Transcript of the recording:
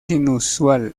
inusual